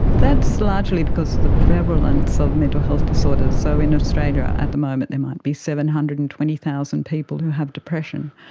that's largely because of the prevalence of mental health disorders. so in australia at the moment there might be seven hundred and twenty thousand people who have depression,